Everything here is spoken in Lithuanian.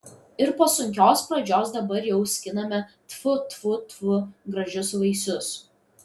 ir po sunkios pradžios dabar jau skiname tfu tfu tfu gražius vaisius